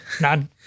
None